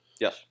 Yes